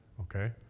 Okay